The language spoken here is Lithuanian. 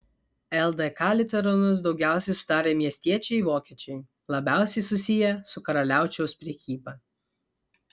ldk liuteronus daugiausiai sudarė miestiečiai vokiečiai labiausiai susiję su karaliaučiaus prekyba